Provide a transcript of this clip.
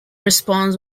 responds